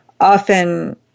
often